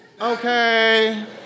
Okay